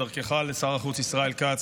דרכך לשר החוץ ישראל כץ,